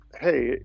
hey